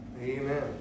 Amen